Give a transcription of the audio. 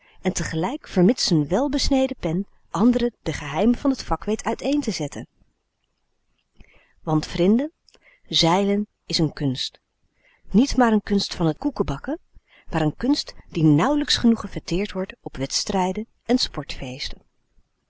en tegelijk vermits z'n welbesneden pen anderen de geheimen van t vak weet uiteen te zetten want vrinden zeilen is een kunst niet maar n kunst van koekebakken maar n kunst die nàuwlijks genoeg gefêteerd wordt op wedstrijden en